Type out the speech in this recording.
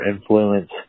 influence